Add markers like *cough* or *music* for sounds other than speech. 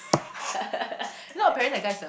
*laughs*